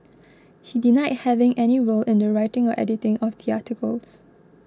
he denied having any role in the writing or editing of the articles